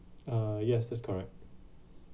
uh yes that's correct